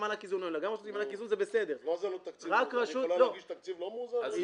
עמדתנו היא שרק רשויות שמציגות תקציב מאוזן בשלוש